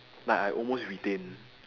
like I almost retain